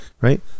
Right